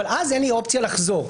אבל אז אין לי אופציה לחזור.